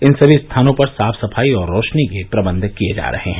इन सभी स्थानों पर साफ सफाई और रौशनी के प्रबंध किये जा रहे हैं